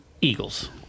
Eagles